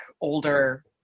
older